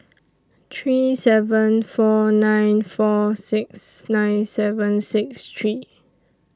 three seven four nine four six nine seven six three